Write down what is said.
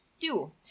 Two